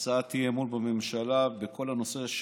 אי-אמון בממשלה בנושא,